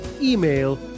email